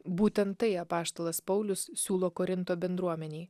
būtent tai apaštalas paulius siūlo korinto bendruomenei